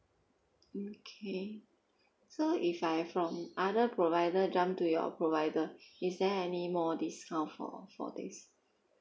okay so if I from other provider jump to your provider is there any more discount for for this